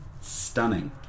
stunning